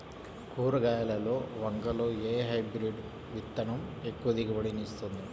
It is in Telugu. కూరగాయలలో వంగలో ఏ హైబ్రిడ్ విత్తనం ఎక్కువ దిగుబడిని ఇస్తుంది?